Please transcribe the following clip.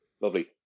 Lovely